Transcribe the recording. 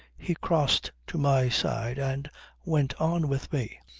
he crossed to my side and went on with me.